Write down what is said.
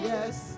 Yes